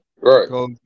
right